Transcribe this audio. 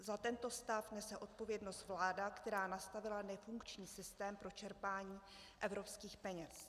Za tento stav nese odpovědnost vláda, která nastavila nefunkční systém pro čerpání evropských peněz.